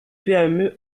pme